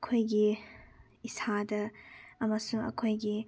ꯑꯩꯈꯣꯏꯒꯤ ꯏꯁꯥꯗ ꯑꯃꯁꯨꯡ ꯑꯩꯈꯣꯏꯒꯤ